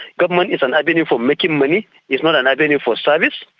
government is an avenue for making money it's not an avenue for service.